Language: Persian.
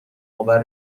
آور